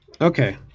okay